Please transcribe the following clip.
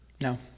No